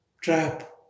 trap